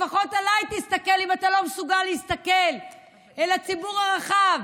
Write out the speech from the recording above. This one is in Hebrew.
לפחות עליי תסתכל אם אתה לא מסוגל להסתכל אל הציבור הרחב